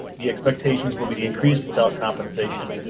the expectations will be increased without compensation,